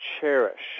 cherish